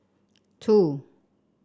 two